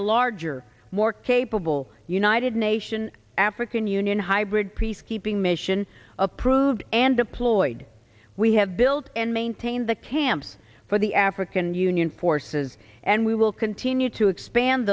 a larger more capable united nation african union hybrid priest keeping mission approved and deployed we have build and maintain the camps for the african union forces and we will continue to expand